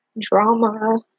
drama